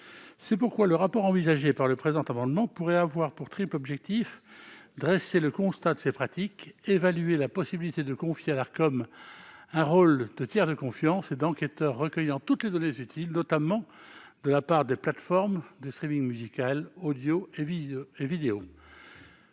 C'est pourquoi le rapport envisagé dans le présent amendement pourrait avoir pour triple objectif de dresser le constat de ces pratiques, d'évaluer la possibilité de confier à l'Arcom un rôle de tiers de confiance et d'enquêteur recueillant toutes les données utiles, notamment de la part des plateformes de musical audio et vidéo,